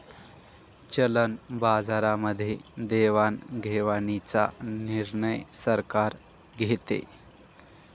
चलन बाजारामध्ये देवाणघेवाणीचा निर्णय सरकार घेते